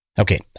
Okay